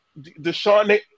Deshaun